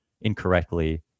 incorrectly